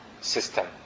system